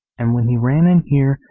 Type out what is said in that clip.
and when he ran in here,